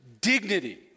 dignity